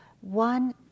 one